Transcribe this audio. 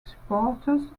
supporters